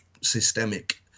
systemic